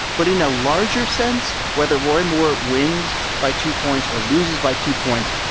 but in a larger sense, whether roy moore wins by two points or loses by two points,